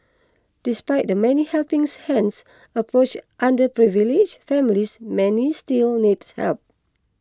despite the many helping hands approach underprivileged families many still need help